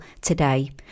today